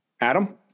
Adam